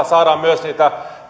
saadaan myös niitä